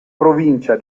provincia